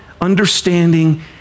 understanding